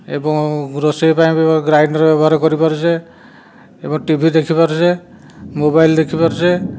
ଏବଂ ରୋଷେଇ ପାଇଁ ଗ୍ରାଇଣ୍ଡର୍ ବ୍ୟବହାର କରି ପାରୁଛେ ଏବଂ ଟିଭି ଦେଖିପାରୁଛେ ମୋବାଇଲ ଦେଖିପାରୁଛେ